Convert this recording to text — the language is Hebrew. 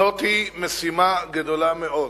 זו משימה גדולה מאוד.